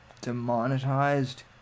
demonetized